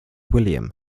william